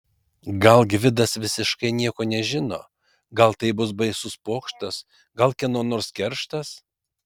gal gvidas visiškai nieko nežino gal tai baisus pokštas gal kieno nors kerštas